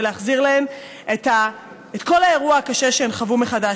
ולהחזיר להן את כל האירוע הקשה שהן חוו מחדש.